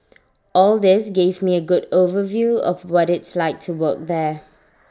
all this gave me A good overview of what it's like to work there